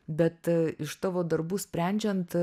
bet iš tavo darbų sprendžiant